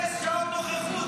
אפס, שעון נוכחות.